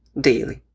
daily